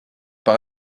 par